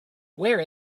where